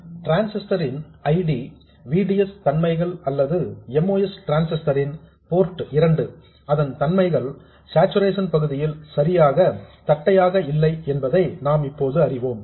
transistor ன் I D V D S தன்மைகள் அல்லது MOS டிரான்ஸிஸ்டர் ன் போர்ட் இரண்டு அதன் தன்மைகள் சார்சுரேஷன் பகுதியில் சரியாக தட்டையாக இல்லை என்பதை இப்போது நாம் அறிவோம்